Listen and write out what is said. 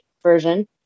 version